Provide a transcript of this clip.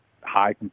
high